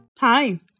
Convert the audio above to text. Hi